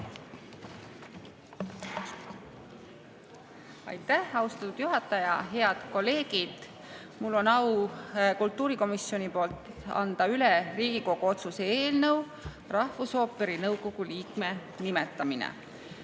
Aitäh, austatud juhataja! Head kolleegid! Mul on au anda kultuurikomisjoni poolt üle Riigikogu otsuse "Rahvusooperi nõukogu liikme nimetamine"